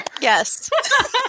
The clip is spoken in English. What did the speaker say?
Yes